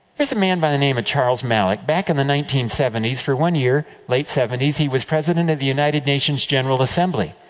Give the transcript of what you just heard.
is a man by the name of charles malik. back in the nineteen seventy s, for one year, late seventy s, he was president of the united nations general assembly.